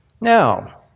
Now